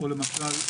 או למשל,